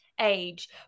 age